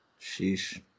sheesh